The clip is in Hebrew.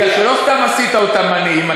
כי לא סתם עשית אותם עניים,